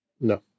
No